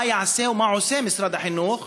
מה יעשה ומה עושה משרד החינוך